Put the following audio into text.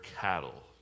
cattle